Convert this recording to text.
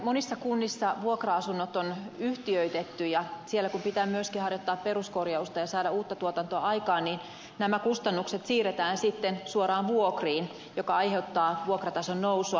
monissa kunnissa vuokra asunnot on yhtiöitetty ja kun siellä pitää myöskin harjoittaa peruskorjausta ja saada uutta tuotantoa aikaan nämä kustannukset siirretään sitten suoraan vuokriin mikä aiheuttaa vuokratason nousua